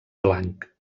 blanc